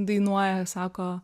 dainuoja sako